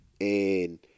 and-